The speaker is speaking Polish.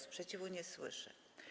Sprzeciwu nie słyszę.